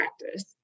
practice